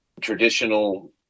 traditional